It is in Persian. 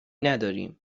نداریم